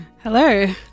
Hello